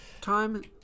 time